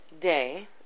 Day